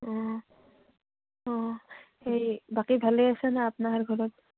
অঁ অঁ সেই বাকী ভালেই আছেনা আপোনাৰ ঘৰত